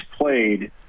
played